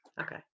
Okay